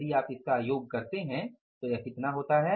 यदि आप इसका योग करते हैं तो यह कितना होता है